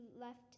left